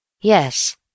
Yes